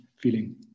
feeling